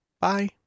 Bye